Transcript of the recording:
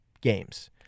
games